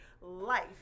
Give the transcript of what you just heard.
life